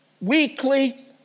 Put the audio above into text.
weekly